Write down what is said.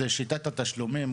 זה שיטת התשלומים,